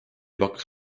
pakkus